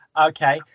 Okay